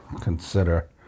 consider